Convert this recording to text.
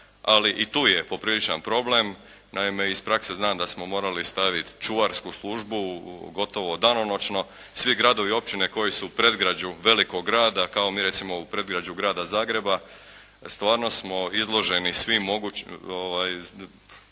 Ali i tu je popriličan problem. Naime, iz prakse znam da smo morali stavit čuvarsku službu gotovo danonočno. Svi gradovi i općine koji su u predgrađu velikog grada kao mi recimo u predgrađu grada Zagreba stvarno smo izloženi svim mogućim,